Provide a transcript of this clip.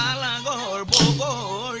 um la la la